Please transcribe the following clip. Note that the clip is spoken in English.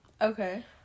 okay